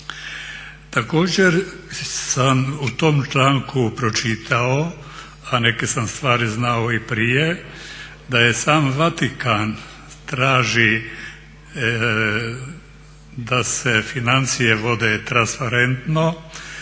Također sam u tom članku pročitao, a neke sam stvari znao i prije, da je sam Vatikan traži da se financije vode transparentno,